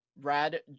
Rad